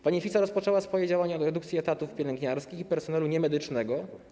Pani Fica rozpoczęła swoje działania od redukcji etatów pielęgniarskich i personelu niemedycznego.